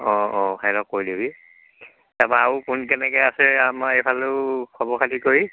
অঁ অঁ সেহেঁতক কৈ দিবি তাৰপৰা আৰু কোন কেনেকৈ আছে আমাৰ এইফালেও খবৰ খাতি কৰি